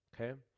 Okay